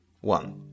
one